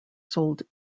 sold